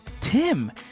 Tim